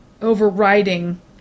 overriding